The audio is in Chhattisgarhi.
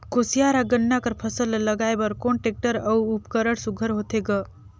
कोशियार या गन्ना कर फसल ल लगाय बर कोन टेक्टर अउ उपकरण सुघ्घर होथे ग?